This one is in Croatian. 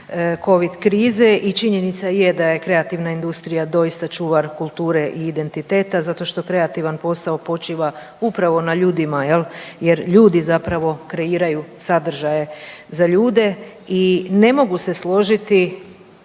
covid krize i činjenica je da je kreativna industrija doista čuvar kulture i identiteta zato što kreativan posao počiva upravo na ljudima, jel ljudi zapravo kreiraju sadržaje za ljude. I ne mogu se složiti